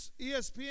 ESPN